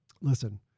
listen